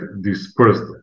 dispersed